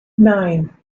nine